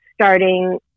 Starting